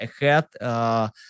ahead